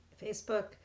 Facebook